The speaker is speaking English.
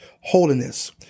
holiness